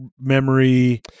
memory